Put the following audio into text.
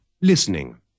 Listening